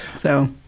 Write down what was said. so,